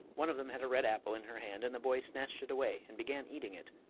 one of them had a red apple in her hand, and the boy snatched it away and began eating it.